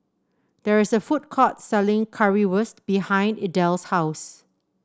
there is a food court selling Currywurst behind Idell's house